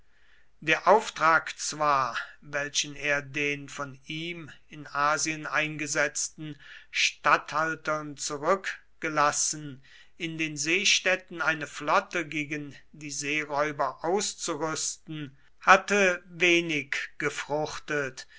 der auftrag zwar welchen er den von ihm in asien eingesetzten statthaltern zurückgelassen in den seestädten eine flotte gegen die seeräuber auszurüsten hatte wenig gefruchtet